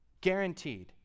guaranteed